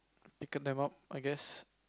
pick them up I guess